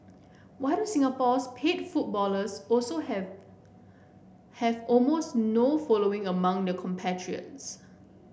why do Singapore's paid footballers also have have almost no following among their compatriots